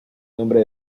nombre